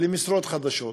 למשרות חדשות.